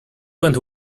went